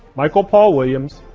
michael paul williams,